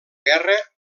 guerra